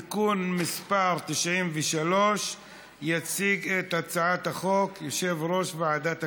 (תיקון מס' 93). יציג את הצעת החוק יושב-ראש ועדת הכספים,